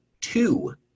two